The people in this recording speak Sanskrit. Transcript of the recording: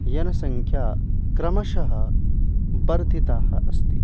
यानसङ्ख्या क्रमशः वर्धिता अस्ति